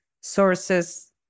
sources